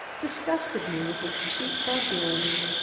disgusted me with its cheap vulgarity.